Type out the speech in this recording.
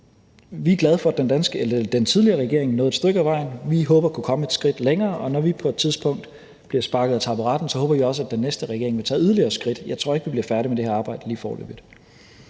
Vi er glade for, at den tidligere regering nåede et stykke ad vejen. Vi håber at kunne komme et skridt længere, og når vi på et tidspunkt bliver sparket af taburetten, håber vi også, at den næste regering vil tage yderligere skridt; jeg tror ikke, vi bliver færdige med det her arbejde lige foreløbig.